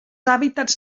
hàbitats